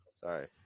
Sorry